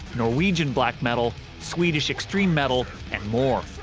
norwegian black metal, swedish extreme metal. and more.